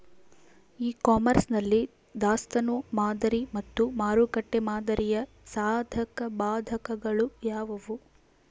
E commerce ನಲ್ಲಿ ದಾಸ್ತನು ಮಾದರಿ ಮತ್ತು ಮಾರುಕಟ್ಟೆ ಮಾದರಿಯ ಸಾಧಕಬಾಧಕಗಳು ಯಾವುವು?